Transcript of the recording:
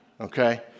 okay